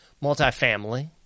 multi-family